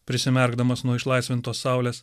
prisimerkdamas nuo išlaisvintos saulės